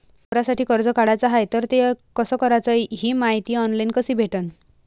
वावरासाठी कर्ज काढाचं हाय तर ते कस कराच ही मायती ऑनलाईन कसी भेटन?